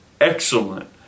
excellent